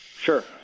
Sure